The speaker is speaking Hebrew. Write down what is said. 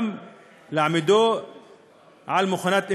גם להעמידו על מכונת אמת,